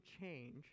change